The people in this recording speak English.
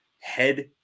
head